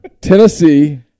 Tennessee